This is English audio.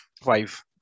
Five